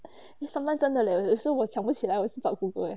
sometimes 真的 eh 有时候我想不起来我也是找 google eh